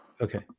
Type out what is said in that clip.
Okay